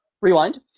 rewind